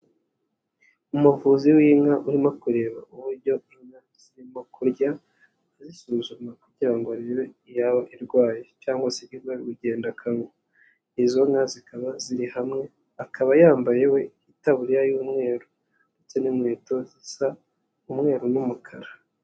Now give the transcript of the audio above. Umuvuzi w'inka urimo kureba uburyo inka zirimo kurya azisuzuma kugira ngo arebe iyaba irwaye cyangwa se iva ubujyegenda kanwa, izo nka zikaba ziri hamwe akaba yambaye we itaburiya y'umweru ndetse n'inkweto zisa umweru n'umukara.